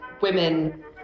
women